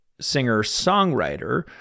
singer-songwriter